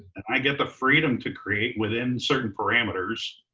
and i get the freedom to create within certain parameters,